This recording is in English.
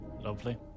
Lovely